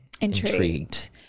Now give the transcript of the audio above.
intrigued